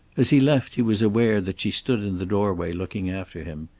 as he left he was aware that she stood in the doorway looking after him.